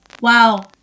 Wow